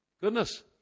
Goodness